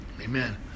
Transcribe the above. Amen